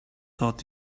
thought